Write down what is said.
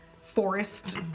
forest